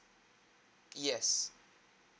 yes